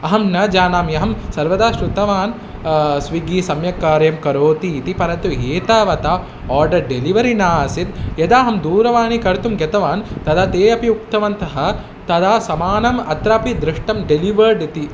अहं न जानामि अहं सर्वदा शृतवान् स्विग्गी सम्यक् कार्यं करोति इति परन्तु एतावत् आर्डर् डेलिवरि न आसीत् यदा अहं दूरवाणीं कर्तुं गतवान् तदा ते अपि उक्तवन्तः तदा सामानम् अत्रापि दृष्टं डेलिवर्ड् इति